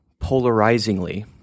polarizingly